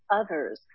others